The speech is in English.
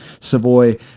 Savoy